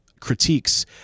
critiques